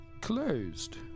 Closed